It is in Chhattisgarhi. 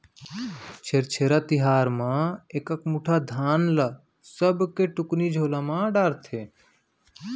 छेरछेरा तिहार म एकक मुठा धान ल सबके टुकनी झोला म डारथे